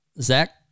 Zach